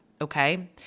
okay